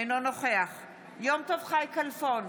אינו נוכח יום טוב חי כלפון,